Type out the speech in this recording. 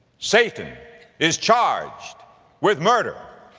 satan is charged with murder.